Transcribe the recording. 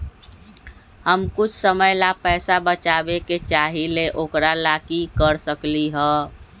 हम कुछ समय ला पैसा बचाबे के चाहईले ओकरा ला की कर सकली ह?